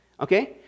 okay